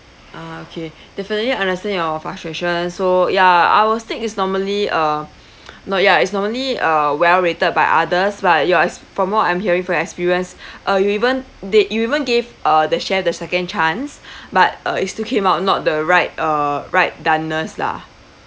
ah okay definitely understand your frustration so ya our steak is normally uh not ya it's normally uh well rated by others but yours from what I'm hearing for experience uh you even they you even gave uh the chef the second chance but uh it's still came out not the right uh right doneness lah